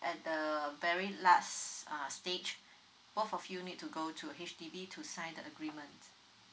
at the very last uh stage both of you need to go to H_D_B to sign the agreement